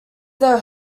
their